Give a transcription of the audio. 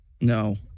No